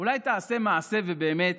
אולי תעשה מעשה ובאמת